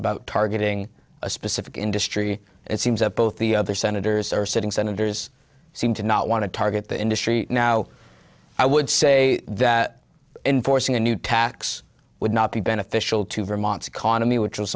about targeting a specific industry it seems up both the other senators are sitting senators seem to not want to target the industry now i would say that enforcing a new tax would not be beneficial to vermont's economy which